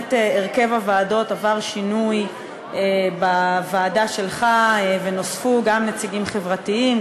באמת הרכב הוועדות עבר שינוי בוועדה שלך ונוספו גם נציגים חברתיים,